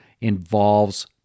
involves